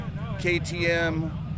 KTM